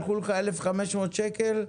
הלכו לך 1,500 שקלים,